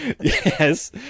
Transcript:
yes